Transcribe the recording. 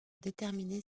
déterminer